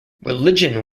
religion